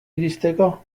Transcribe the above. iristeko